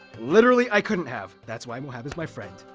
literally, i couldn't have. that's why mohab is my friend.